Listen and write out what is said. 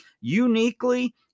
uniquely